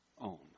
own